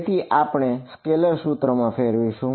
તેથી આપણે તેને સ્કેલાર સૂત્રમાં ફેરવીશું